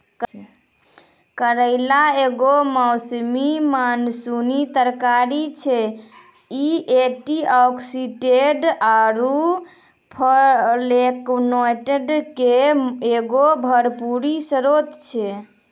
करेला एगो मौसमी मानसूनी तरकारी छै, इ एंटीआक्सीडेंट आरु फ्लेवोनोइडो के एगो भरपूर स्त्रोत छै